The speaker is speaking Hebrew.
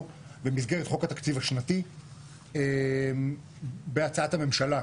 במסגרת חוק התקציב השנתי בהצעת הממשלה,